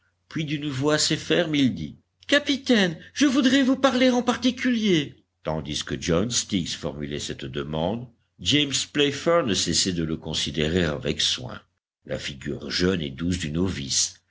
puis d'une voix assez ferme il dit capitaine je voudrais vous parler en particulier tandis que john stiggs formulait cette demande james playfair ne cessait de le considérer avec soin la figure jeune et douce du novice